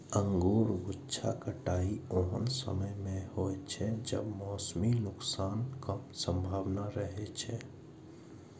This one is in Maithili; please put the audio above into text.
अंगूरक गुच्छाक कटाइ ओहन समय मे होइ छै, जब मौसमी नुकसानक कम संभावना रहै छै